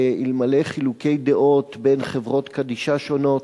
ואלמלא חילוקי דעות בין חברות קדישא שונות,